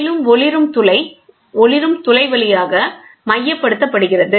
மேலும் ஒளிரும் துளை வழியாக மையப்படுத்தப் படுகிறது